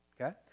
okay